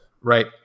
right